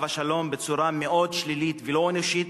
השלום בצורה מאוד שלילית ולא אנושית.